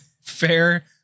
fair